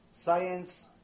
science